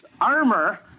armor